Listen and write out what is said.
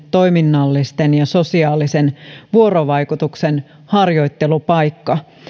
toiminnallisten taitojen ja sosiaalisen vuorovaikutuksen harjoittelupaikka